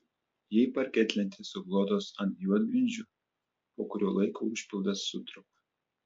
jei parketlentės suklotos ant juodgrindžių po kurio laiko užpildas sutrupa